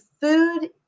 food